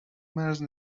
مرز